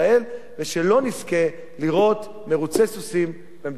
ושלא נזכה לראות מירוצי סוסים במדינת ישראל.